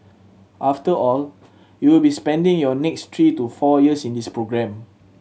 after all you will be spending your next three to four years in this programme